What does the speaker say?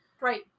Right